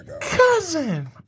Cousin